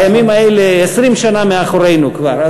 הימים האלה 20 שנה כבר מאחורינו.